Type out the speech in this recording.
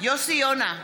יוסי יונה,